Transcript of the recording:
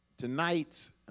Tonight's